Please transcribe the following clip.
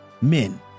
Men